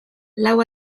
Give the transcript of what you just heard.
lau